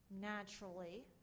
naturally